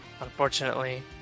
Unfortunately